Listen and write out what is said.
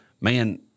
man